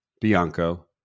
Bianco